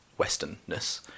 westernness